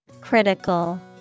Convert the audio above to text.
Critical